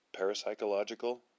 parapsychological